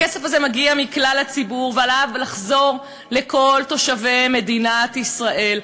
הכסף הזה מגיע מכלל הציבור ועליו לחזור לכל תושבי מדינת ישראל.